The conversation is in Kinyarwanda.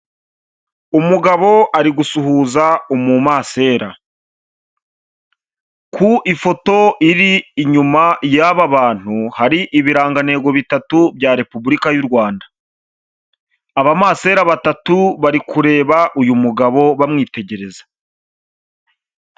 Umugabo ari gusuhuza umumasera, ku ifoto iri inyuma y'aba bantu hari ibirangantego bitatu bya Repubulika y'u Rwanda. Abamasera batatu bari kureba uyu mugabo bamwitegereza.